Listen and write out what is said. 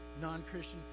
non-Christian